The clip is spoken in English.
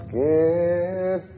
give